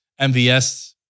MVS